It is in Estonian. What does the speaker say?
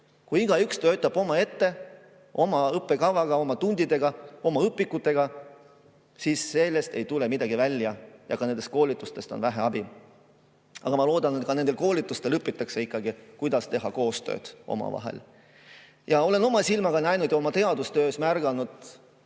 Kui igaüks töötab omaette oma õppekavaga, oma tundidega, oma õpikutega, siis sellest ei tule midagi välja ja ka nendest koolitustest on vähe abi. Aga ma loodan, et ka nendel koolitustel ikkagi õpitakse, kuidas teha koostööd omavahel. Paraku ma olen oma silmaga näinud ja oma teadustöös märganud